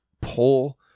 pull